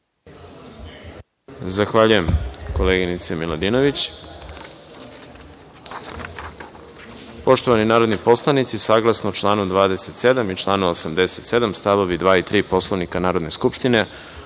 Zahvaljujem koleginice Miladinović. Poštovani narodni poslanici, saglasno članu 27. i članu 87. stavovi 2. i 3. Poslovnika Narodne skupštine,